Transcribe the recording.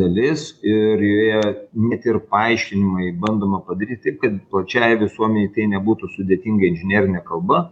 dalis ir joje net ir paaiškinimai bandoma padaryti taip kad plačiai visuomenei tai nebūtų sudėtinga inžinerinė kalba